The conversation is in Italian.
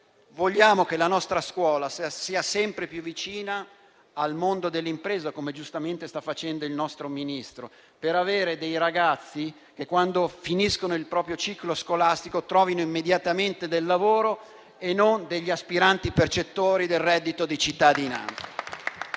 Vogliamo che la nostra scuola sia sempre più vicina al mondo dell'impresa, come giustamente sta facendo il nostro Ministro, per avere dei ragazzi che quando finiscono il proprio ciclo scolastico trovino immediatamente lavoro e non diventino degli aspiranti percettori del reddito di cittadinanza.